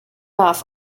off